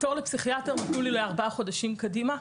תור לפסיכיאטר נתנו לי לארבעה חודשים קדימה.